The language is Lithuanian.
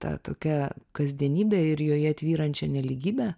ta tokia kasdienybė ir joje tvyrančią nelygybę